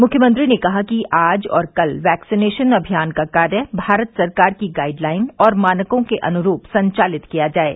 मुख्यमंत्री ने कहा कि आज और कल वैक्सीनेशन अभियान का कार्य भारत सरकार की गाइड लाइन और मानकों के अनुरूप संचालित किया जाये